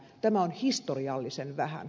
tämä on historiallisen vähän